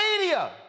media